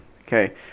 Okay